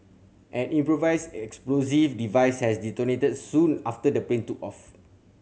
an improvised explosive device had detonated soon after the plane took off